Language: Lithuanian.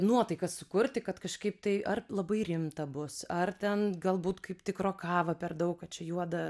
nuotaiką sukurti kad kažkaip tai ar labai rimta bus ar ten galbūt kaip tik rokava per daug kad čia juoda